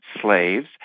slaves